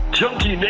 junkie